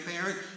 parent